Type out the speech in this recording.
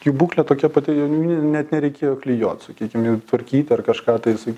jų būklė tokia pati jau net nereikėjo klijuot sakykim jau tvarkyt ar kažką tais